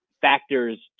factors